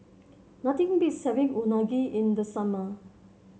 nothing beats having Unagi in the summer